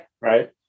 Right